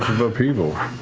of upheaval.